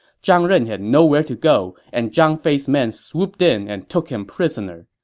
zhang ren had nowhere to go, and zhang fei's men swooped in and took him prisoner.